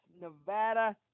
Nevada